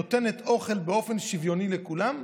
נותנת אוכל באופן שוויוני לכולם.